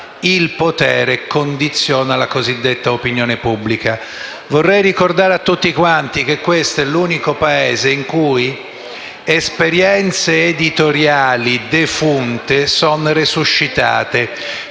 il potere condiziona la cosiddetta opinione pubblica.